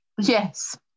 Yes